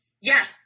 yes